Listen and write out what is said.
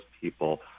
people